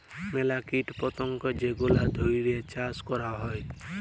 ম্যালা কীট পতঙ্গ যেগলা ধ্যইরে চাষ ক্যরা হ্যয়